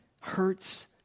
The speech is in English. hurts